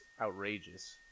outrageous